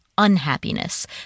unhappiness